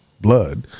blood